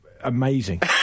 amazing